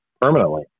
Permanently